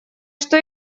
что